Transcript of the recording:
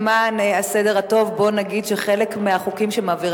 למען הסדר הטוב בוא נגיד שחלק מהחוקים שמעבירה